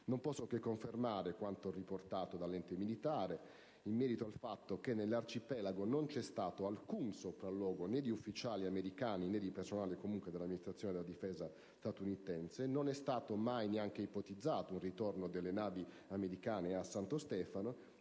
Non posso che confermare quanto riportato dall'Ente militare, ossia che nell'arcipelago non c'è stato alcun sopralluogo, né di ufficiali americani né di personale dell'Amministrazione della Difesa statunitense, che non è mai stato ipotizzato un ritorno delle navi americane a Santo Stefano